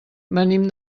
venim